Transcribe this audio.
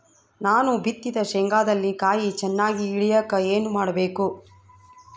ನಾನು ಬಿತ್ತಿದ ಶೇಂಗಾದಲ್ಲಿ ಕಾಯಿ ಚನ್ನಾಗಿ ಇಳಿಯಕ ಏನು ಮಾಡಬೇಕು?